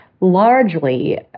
largely